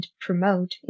promote